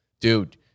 dude